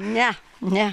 ne ne